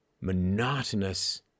monotonous